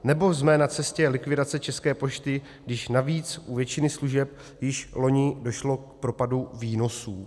Nebo jsme na cestě likvidace České pošty, když navíc u většiny služeb již loni došlo k propadu výnosů?